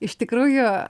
iš tikrųjų